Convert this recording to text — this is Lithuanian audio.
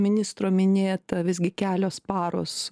ministro minėta visgi kelios paros